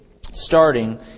starting